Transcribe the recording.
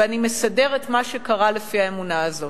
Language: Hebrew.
ואני מסדר את מה שקרה לפי האמונה הזאת.